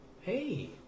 Hey